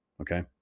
Okay